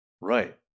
Right